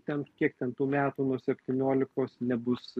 ten kiek ten tų metų nuo septyniolikos nebus